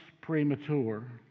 premature